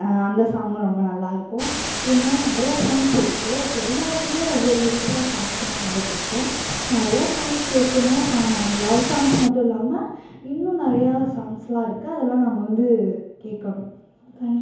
அந்த சாங்கும் ரொம்ப நல்லா இருக்கும் இதுமாரி நிறையா சாங்க்ஸ் இருக்கு எல்லாருக்குமே ஒவ்வொரு விதத்தில் சாங்க்ஸ் எல்லாம் ரொம்ப பிடிக்கும் நிறையா சாங்க்ஸ் கேட்கணும் லவ் சாங்க்ஸ் மட்டும் இல்லாமல் இன்னும் நிறையா சாங்க்ஸ் எல்லாம் இருக்கு அதெல்லாம் நம்ப வந்து கேட்கணும் தங்